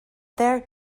there